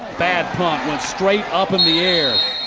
bad punt. straight up in the air.